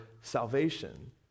salvation